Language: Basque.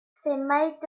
zenbait